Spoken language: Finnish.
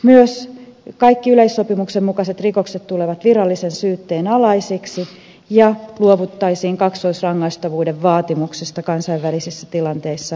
myös kaikki yleissopimuksen mukaiset rikokset tulevat virallisen syytteen alaisiksi ja luovuttaisiin kaksoisrangaistavuuden vaatimuksista kansainvälisissä tilanteissa